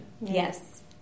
Yes